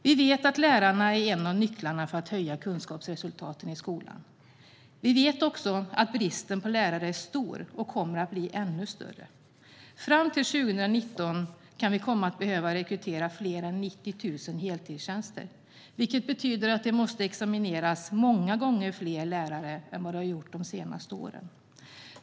Vi vet att lärarna är en av nycklarna för att höja kunskapsresultaten i skolan. Vi vet också att bristen på lärare är stor och kommer att bli ännu större. Fram till 2019 kan vi komma att behöva rekrytera fler än 90 000 heltidstjänster, vilket betyder att det måste examineras många gånger fler lärare än vad som har gjorts under de senaste åren.